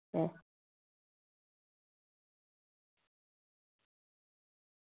अं